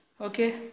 Okay